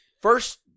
first